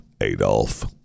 Adolf